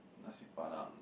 nasi-padang